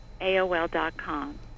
AOL.com